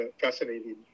fascinating